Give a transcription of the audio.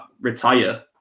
retire